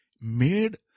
made